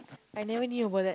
I never knew about that